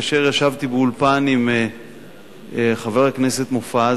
כאשר ישבתי באולפן עם חבר הכנסת מופז,